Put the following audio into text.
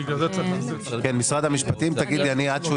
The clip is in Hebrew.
אני מבקשת לחזק את מה שאמרה תמי.